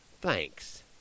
Thanks